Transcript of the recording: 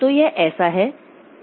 तो यह ऐसा है कि